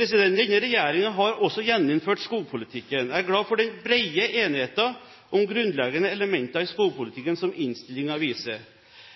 Denne regjeringen har også gjeninnført skogpolitikken. Jeg er glad for den brede enigheten om grunnleggende elementer i skogpolitikken som innstillingen viser.